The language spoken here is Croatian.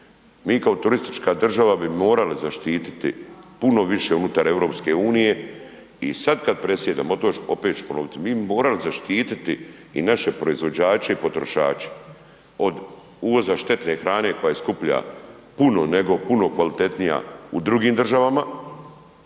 mi kao turistička država bi morali zaštititi puno više unutar EU i sad kad predsjedamo, opet ću ponoviti, mi bi morali zaštititi i naše proizvođače i potrošače, od uvoza štetne hrane koja je skuplja puno nego puno kvalitetnija u drugim državama,